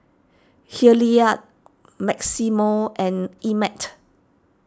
Hilliard Maximo and Emett